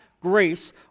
grace